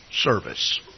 service